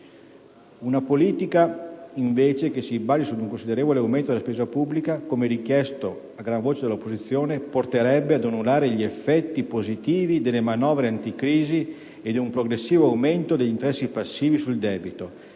Una politica invece che si basasse su di un considerevole aumento della spesa pubblica, come richiesto a gran voce dall'opposizione, porterebbe ad annullare gli effetti positivi delle manovre anticrisi e ad un progressivo aumento degli interessi passivi sul debito